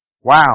Wow